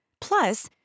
Plus